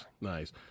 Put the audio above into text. nice